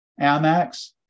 Amex